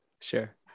sure